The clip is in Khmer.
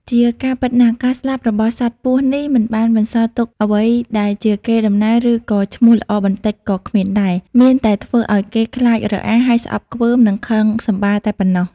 ជាការពិតណាស់ការស្លាប់របស់សត្វពស់នេះមិនបានបន្សល់ទុកអ្វីដែលជាកេរដំណែល ឬក៏ឈ្មោះល្អបន្តិចក៏គ្មានដែរ មានតែធ្វើឲ្យគេខ្លាចរអា ហើយស្អប់ខ្ពើម និងខឹងសម្បារតែប៉ុណ្ណោះ ។